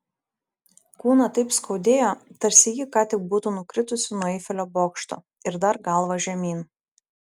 kūną taip skaudėjo tarsi ji ką tik būtų nukritusi nuo eifelio bokšto ir dar galva žemyn